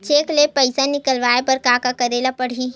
Cheque ले पईसा निकलवाय बर का का करे ल पड़हि?